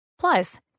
Plus